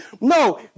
No